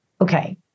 Okay